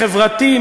חברתי,